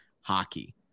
hockey